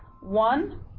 One